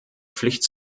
pflicht